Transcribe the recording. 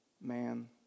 man